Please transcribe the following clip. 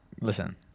Listen